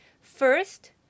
First